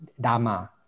Dharma